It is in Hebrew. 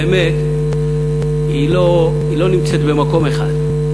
האמת לא נמצאת במקום אחד,